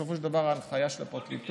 ובסופו של דבר ההנחיה של הפרקליטות,